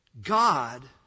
God